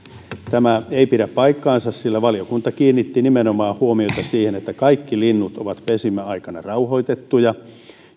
tämä ei pidä paikkaansa sillä valiokunta kiinnitti huomiota nimenomaan siihen että kaikki linnut ovat pesimäaikana rauhoitettuja